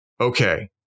okay